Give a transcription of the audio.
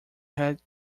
had